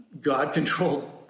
God-controlled